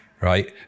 right